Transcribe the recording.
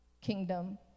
kingdom